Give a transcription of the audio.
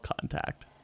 Contact